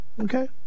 okay